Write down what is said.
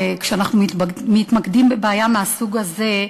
כשאנחנו מתמקדים בבעיה מהסוג הזה,